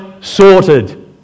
sorted